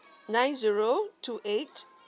nine zero two eight